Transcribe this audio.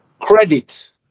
Credit